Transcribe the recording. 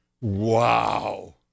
Wow